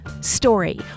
story